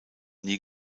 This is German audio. nie